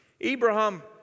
Abraham